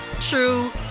true